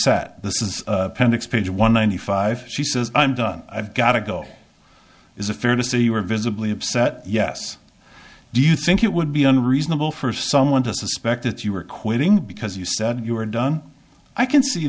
upset this is pentax page one ninety five she says i'm done i've got to go is a fair to say you were visibly upset yes do you think it would be unreasonable for someone to suspect that you were quitting because you said you were done i can see